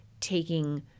taking